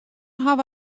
hawwe